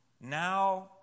now